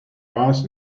bars